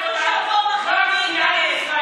הם לא מעניינים אותך בכלל.